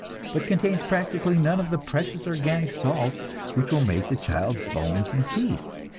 but contains practically none of the precious organic salts which will make the child's bones and teeth.